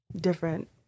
different